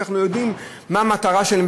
שאנחנו יודעים מה המטרה שלהם,